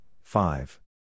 five